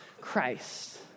Christ